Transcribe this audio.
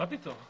מה פתאום?